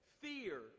Fear